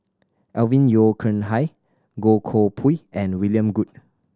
Alvin Yeo Khirn Hai Goh Koh Pui and William Goode